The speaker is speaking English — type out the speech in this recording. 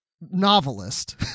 novelist